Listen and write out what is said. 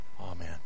Amen